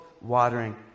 Watering